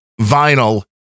vinyl